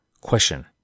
Question